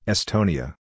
Estonia